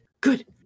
Good